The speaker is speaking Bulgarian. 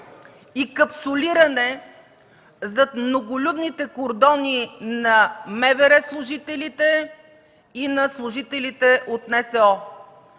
и капсулиране зад многолюдните кордони на МВР служителите и на служителите от НСО.